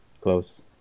Close